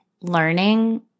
learning